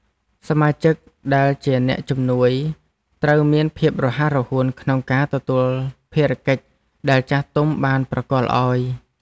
សមាជិកដែលជាអ្នកជំនួយត្រូវមានភាពរហ័សរហួនក្នុងការទទួលភារកិច្ចដែលចាស់ទុំបានប្រគល់ឱ្យ។